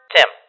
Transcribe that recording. Tim